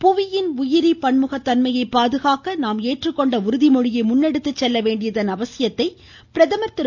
புவியின் உயிரி பன்முக தன்மையை பாதுகாக்க நாம் ஏற்றுக்கொண்ட உறுதிமொழியை செல்ல வேண்டியதன் அவசியத்தை பிரதமர் திரு